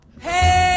Hey